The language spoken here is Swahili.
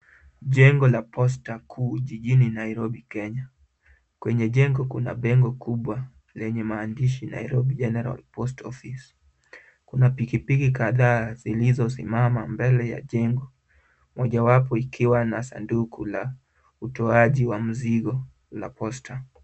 Jengo la Posta kuu jijini Nairobi Kenya. Kwenye jengo kuna bengo kubwa lenye maandishi Nairobi General Postal Office. Kuna pikipiki kadhaa zilizosimama mbele ya jengo, mojawapo ikiwa na sanduku la utoaji wa mzigo la Posta.